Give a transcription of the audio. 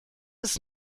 ist